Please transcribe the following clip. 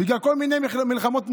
זה בגלל כל מיני מלחמות פנימיות.